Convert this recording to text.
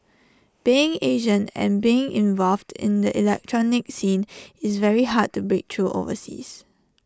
being Asian and being involved in the electronic scene IT was very hard to break through overseas